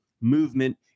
movement